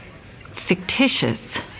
fictitious